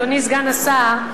אדוני סגן השר,